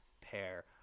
pair